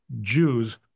Jews